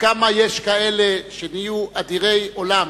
וכמה יש כאלה שנהיו אדירי עולם